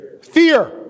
Fear